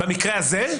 במקרה הזה?